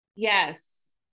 Yes